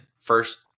first